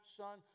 son